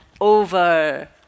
over